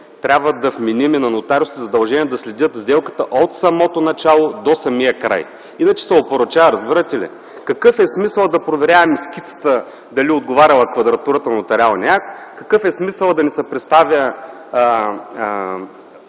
трябва да вменим на нотариусите задължението да следят сделката от самото начало до самия край. Иначе се опорочава, разбирате ли? Какъв е смисълът да проверяваме скицата - дали квадратурата отговаря на нотариалния акт? Какъв е смисълът да ни се представя